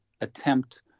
attempt